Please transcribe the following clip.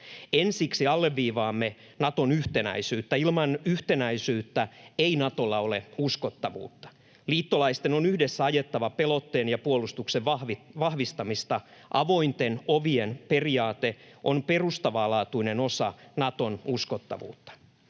Ensiksi, alleviivaamme Naton yhtenäisyyttä. Ilman yhtenäisyyttä ei Natolla ole uskottavuutta. Liittolaisten on yhdessä ajettava pelotteen ja puolustuksen vahvistamista. Avointen ovien periaate on perustavanlaatuinen osa Naton uskottavuutta.